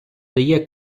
дає